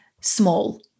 small